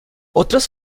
otros